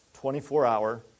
24-hour